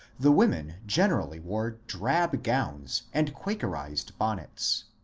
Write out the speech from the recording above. the women generally wore drab gowns and quakerized bonnets.